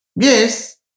Yes